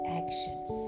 actions